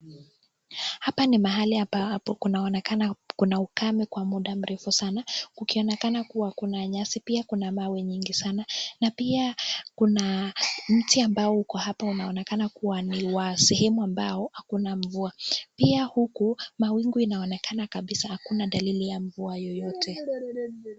Hapa ni mahali hapa hapa kunaonekana kuna ukame kwa muda mrefu sana. Kukionekana kuwa kuna nyasi pia kuna mawe nyingi sana. Na pia kuna mti ambao uko hapa unaonekana kuwa ni wa sehemu ambayo hakuna mvua. Pia huku mawingu inaonekana kabisa hakuna dalili ya mvua yoyote.